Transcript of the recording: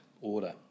order